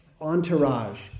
entourage